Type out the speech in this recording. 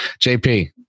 JP